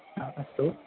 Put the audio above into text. अस्तु